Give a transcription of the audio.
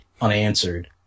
unanswered